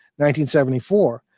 1974